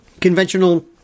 conventional